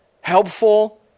helpful